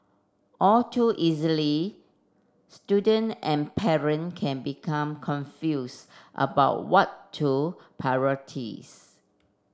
all too easily student and parent can become confuse about what to